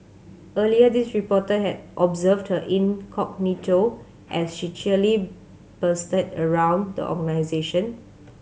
earlier this reporter had observed her incognito as she cheerily bustled around the organisation